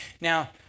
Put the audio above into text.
Now